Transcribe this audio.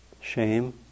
Shame